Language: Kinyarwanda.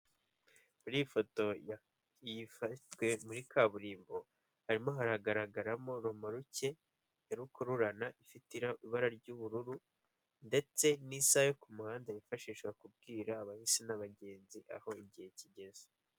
Muri iyi foto yafatiwe muri kaburimbo, harimo hagaragaramo rumaruke ya rukururana ifite ibara ry'ubururu ndetse n'isaha yo ku muhanda yifashisha kubwira abahisi n'abagenzi aho igihe kigeze.